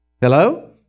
Hello